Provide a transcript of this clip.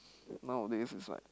nowadays is like